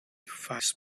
fast